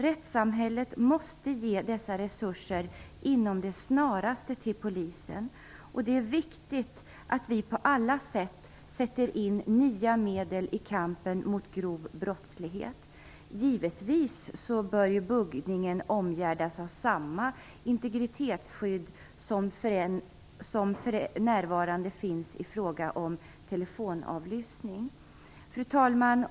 Rättssamhället måste snarast ge Polisen dessa resurser. Det är viktigt att vi på alla sätt nu sätter in nya medel i kampen mot grov brottslighet. Givetvis bör buggningen omgärdas av samma integritetsskydd som för närvarande finns i fråga om telefonavlyssning. Fru talman!